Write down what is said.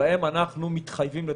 שבהם אנחנו מתחייבים לטפל.